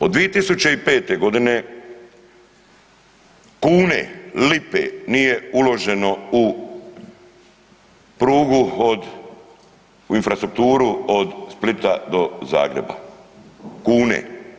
Od 2005.g. kune, lipe nije uloženo u prugu od, u infrastrukturu od Splita do Zagreba, kune.